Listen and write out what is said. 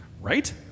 Right